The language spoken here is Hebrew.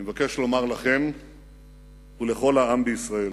אני מבקש לומר לכם ולכל העם בישראל: